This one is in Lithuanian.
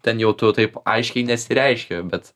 ten jau tu taip aiškiai nesireiški bet